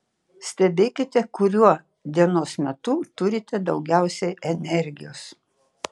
stebėkite kuriuo dienos metu turite daugiausiai energijos